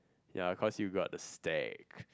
ya cause you got to steak